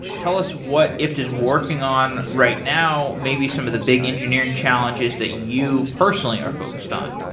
tell us what ifttt is working on right now, maybe some of the big engineering challenges that you personally are focused on.